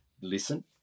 listen